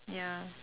ya